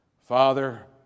Father